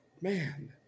man